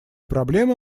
проблемы